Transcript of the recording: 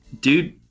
Dude